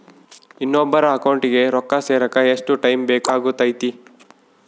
ಇನ್ನೊಬ್ಬರ ಅಕೌಂಟಿಗೆ ರೊಕ್ಕ ಸೇರಕ ಎಷ್ಟು ಟೈಮ್ ಬೇಕಾಗುತೈತಿ?